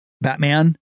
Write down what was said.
batman